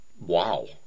Wow